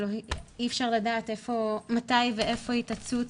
אי אפשר לדעת מתי ואיפה היא תצוץ.